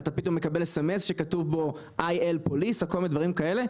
אתה פתאום מקבל S.M.S שכתוב פה IL police או כל מיני דברים כאלה.